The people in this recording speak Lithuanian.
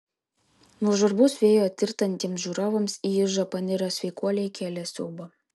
nuo žvarbaus vėjo tirtantiems žiūrovams į ižą panirę sveikuoliai kėlė siaubą